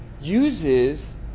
uses